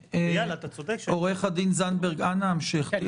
עו"ד זנדברג, אנא המשך.